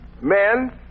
Men